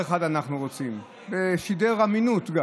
וגם שידר אמינות: